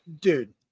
dude